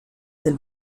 del